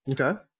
Okay